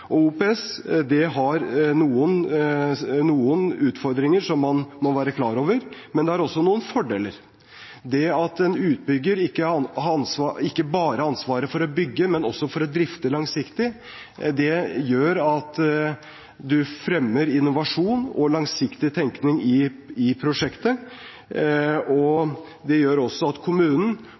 år. OPS har noen utfordringer som man må være klar over, men det har også noen fordeler. Det at en utbygger ikke bare har ansvaret for å bygge, men også for å drifte langsiktig, gjør at man fremmer innovasjon og langsiktig tenkning i prosjektet, og det gjør også at kommunen